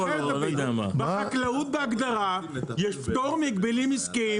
בחקלאות בהגדרה יש פטור מהגבלים עסקיים